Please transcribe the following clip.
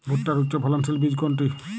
ভূট্টার উচ্চফলনশীল বীজ কোনটি?